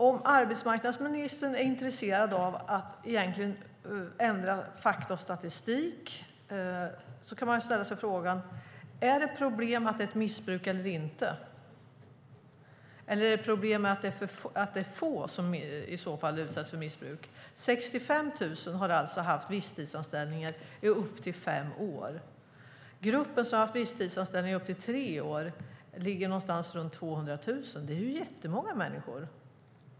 Om arbetsmarknadsministern egentligen är intresserad av att ändra fakta och statistik kan man fråga sig: Är problemet huruvida det är ett missbruk eller inte? Eller är det ett problem att det i så fall är få som utsätts för missbruk? 65 000 har alltså haft visstidsanställningar i upp till fem år. Gruppen som har haft visstidsanställningar i upp till tre år ligger någonstans runt 200 000. Det är jättemånga människor!